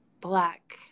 black